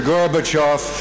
Gorbachev